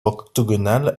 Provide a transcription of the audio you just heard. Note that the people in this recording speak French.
octogonale